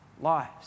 lives